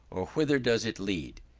whither does it lead?